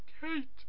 Kate